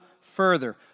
further